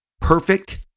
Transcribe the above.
Perfect